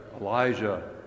Elijah